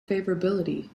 favorability